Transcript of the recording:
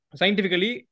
scientifically